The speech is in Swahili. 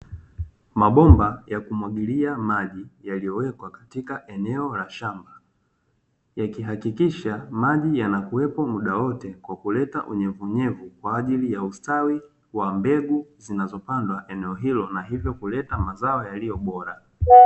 Mabomba ya kumwagilia maji yaliyowekwa katika eneo la shamba yakihakikisha maji yanakuwepo mda wote, kwa kuleta unyevu unyevu kwa ajili ya ustawi wa mbegu zinazopandwa eneo hilo na hivyo kuleta mazao yaliyobora.